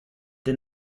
did